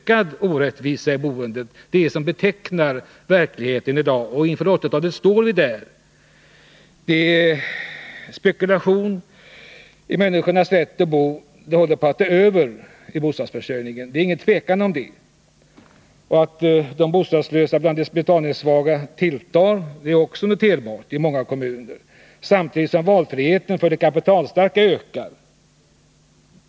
Ökad orättvisa i boendet är verkligheten i dag. Inför 1980-talet står vi här med en spekulation i människornas rätt att bo. Detta håller på att ta över när det gäller bostadsförsörjningen. Det är ingen tvekan om det. Det är också noterbart att de bostadslösas antal bland de betalningssvaga tilltar i många kommuner samtidigt som valfriheten för de kapitalstarka ökar.